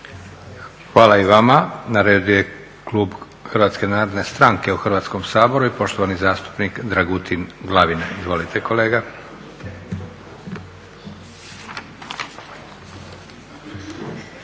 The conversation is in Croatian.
Hvala i vama. Na redu je klub HNS-a u Hrvatskom saboru i poštovani zastupnik Dragutin Glavina. Izvolite kolega.